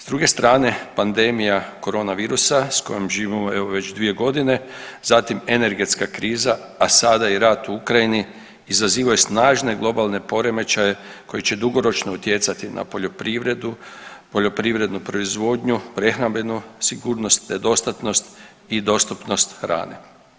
S druge strane pandemija koronavirusa s kojom živimo evo već dvije godine, zatim energetska kriza, a sada i rat u Ukrajini izazivaju snažne globalne poremećaje koji će dugoročno utjecati na poljoprivredu, poljoprivrednu proizvodnju, prehrambenu sigurnost, nedostatnost i dostupnost hrane.